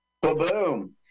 Boom